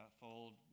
fold